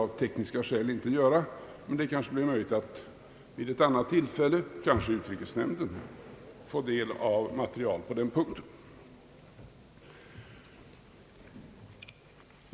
Av tekniska skäl kan det väl inte ske. Eventuellt blir det möjligt att vid ett annat tillfälle, kanske i utrikesnämnden, få ta del av material i ärendet.